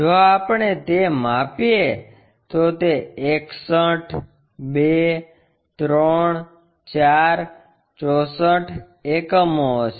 જો આપણે તે માપીએ તો તે 61 2 3 4 64 એકમો હશે